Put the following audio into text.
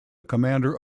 commander